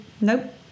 Nope